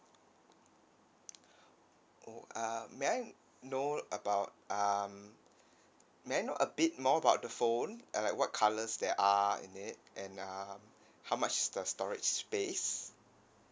oh uh may I know about um may I know a bit more about the phone uh like what colours there are in it and err how much is the storage space